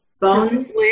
bones